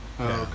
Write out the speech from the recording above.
Okay